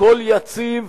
הכול יציב,